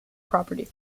property